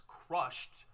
crushed